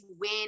win